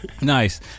Nice